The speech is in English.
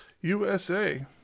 usa